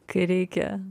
kai reikia